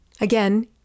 again